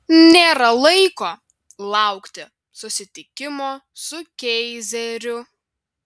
nėra laiko laukti susitikimo su keizeriu